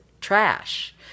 trash